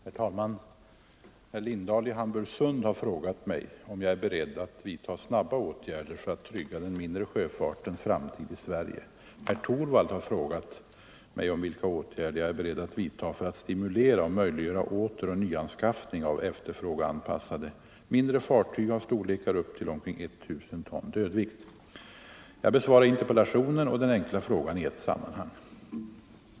Herr talman! Herr Lindahl i Hamburgsund har frågat mig om jag är beredd att snabbt vidtaga åtgärder för att trygga den mindre sjöfartens framtid i Sverige. Herr Torwald har frågat mig om vilka åtgärder jag är beredd att vidtaga för att stimulera och möjliggöra återoch nyanskaffning av efterfrågeanpassade mindre fartyg av storlekar upp till omkring 1000 ton dödvikt. Jag besvarar interpellationen och den enkla frågan i ett sammanhang.